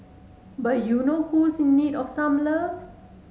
but you know who is in need of some love